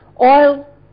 Oil